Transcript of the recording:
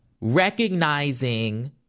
recognizing